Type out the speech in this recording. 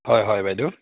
হয় হয় বাইদেউ